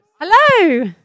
Hello